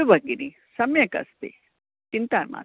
अस्तु भगिनि सम्यक् अस्ति चिन्ता नास्ति